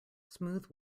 smooth